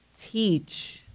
teach